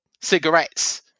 cigarettes